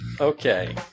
Okay